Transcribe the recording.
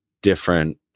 different